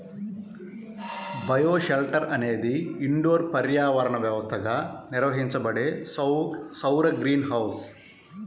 bioshelter అనేది indoor పర్యావరణ వ్యవస్థగా నిర్వహించబడే సౌర గ్రీన్ హౌస్